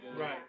Right